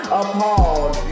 appalled